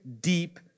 deep